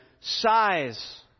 size